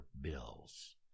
bills